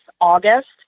August